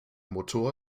motor